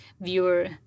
viewer